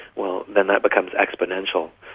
well, then that becomes exponential.